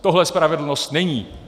Tohle spravedlnost není.